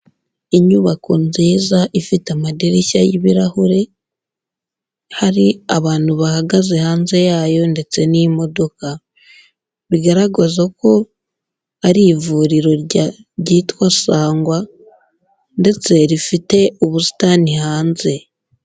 Inyubako nziza ifite amadirishya y'ibirahure, hari abantu bahagaze hanze yayo ndetse n'imodoka, bigaragaza ko ari ivuriro ryitwa Sangwa ndetse rifite ubusitani hanze.